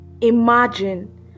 Imagine